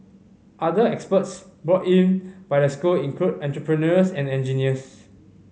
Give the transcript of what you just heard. other experts brought in by the school include entrepreneurs and engineers